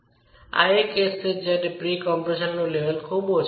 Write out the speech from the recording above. આ કેસ છે જ્યારે પ્રી કમ્પ્રેશનનું લેવલ ખૂબ ઓછું હોય છે